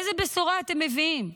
איזו בשורה אתם מביאים?